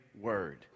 word